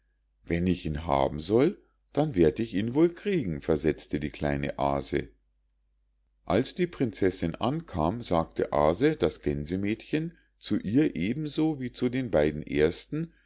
wenn ich ihn haben soll dann werd ich ihn wohl kriegen versetzte die kleine aase als die prinzessinn ankam sagte aase das gänsemädchen zu ihr eben so wie zu den beiden ersten